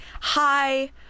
hi